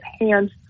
hands